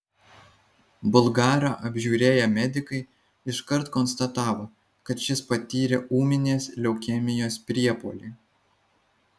bulgarą apžiūrėję medikai iškart konstatavo kad šis patyrė ūminės leukemijos priepuolį